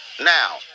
now